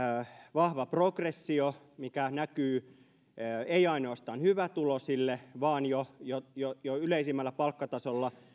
vahva progressio mikä ei näy ainoastaan hyvätuloisille vaan jo jo yleisimmällä palkkatasolla